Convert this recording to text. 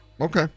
Okay